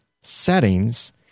Settings